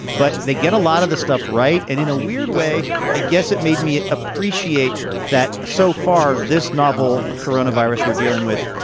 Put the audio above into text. but they get a lot of the stuff. right. and in a weird way, i guess it made me appreciate that so far this novel, a corona virus we're dealing with,